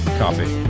coffee